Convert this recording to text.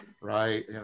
right